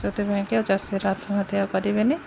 ସେଥିପାଇଁ କିି ଆଉ ଚାଷୀର ଆତ୍ମହତ୍ୟା ଆଉ କରିବେନି